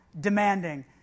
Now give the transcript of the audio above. demanding